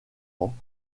ans